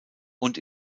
und